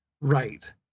right